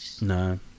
No